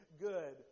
good